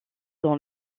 dans